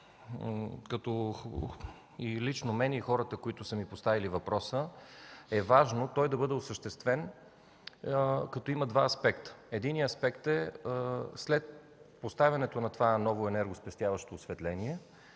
Лично за мен и хората, които са ми поставили въпроса, е важно той да бъде осъществен като има два аспекта. Единият аспект е след поставянето на това ново енергоспестяващо осветление